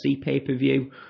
pay-per-view